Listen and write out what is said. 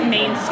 Main